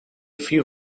few